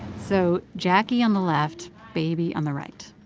so jacquie on the left, baby on the right